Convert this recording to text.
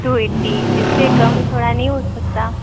to eighty इससे कम थोड़ा नहीं हो सकता